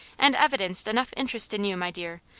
and evidenced enough interest in you, my dear,